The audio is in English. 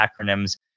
acronyms